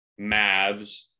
mavs